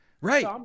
Right